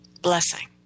Blessing